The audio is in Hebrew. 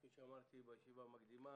כפי שאמרתי בישיבה מקדימה